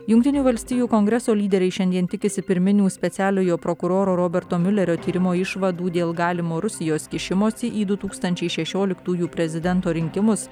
jungtinių valstijų kongreso lyderiai šiandien tikisi pirminių specialiojo prokuroro roberto miulerio tyrimo išvadų dėl galimo rusijos kišimosi į du tūkstančiai šešioliktųjų prezidento rinkimus